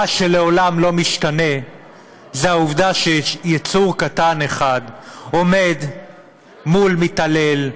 מה שלעולם לא משתנה זו העובדה שיצור קטן אחד עומד מול מתעלל,